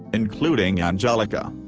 including anjelica.